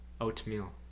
Oatmeal